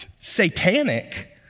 satanic